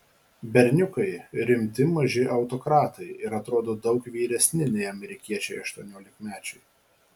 berniukai rimti maži autokratai ir atrodo daug vyresni nei amerikiečiai aštuoniolikmečiai